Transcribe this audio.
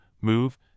move